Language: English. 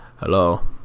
Hello